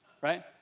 right